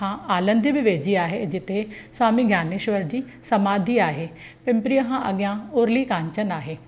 खां आलंदी बि वेझी आहे जिते स्वामी ज्ञानेश्वर जी समाधी आहे पिंपरीअ खां अॻियां उरली कांचन आहे